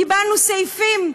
קיבלנו סעיפים,